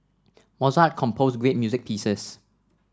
Mozart composed great music pieces